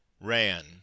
ran